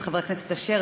את חבר הכנסת אשר,